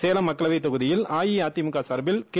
சேலம் மக்களவை தொகுதியில் அஇஅதிமுக சார்பில் கே